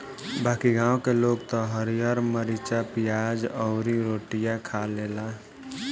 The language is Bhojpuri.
बाकी गांव के लोग त हरिहर मारीचा, पियाज अउरी रोटियो खा लेला